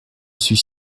suis